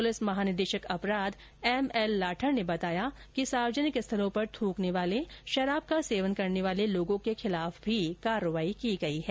police महानिदेशक अपराध ML Lathar ने बताया कि सार्वजनिक स्थलों पर थ्रकने वाले शराब का सेवन करने वाले व्यक्तियों के खिलाफ भी कार्यवाही की गयी है